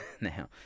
Now